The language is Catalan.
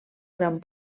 gran